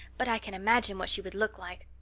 but i can imagine what she would look like.